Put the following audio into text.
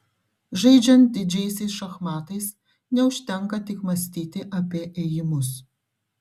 žaidžiant didžiaisiais šachmatais neužtenka tik mąstyti apie ėjimus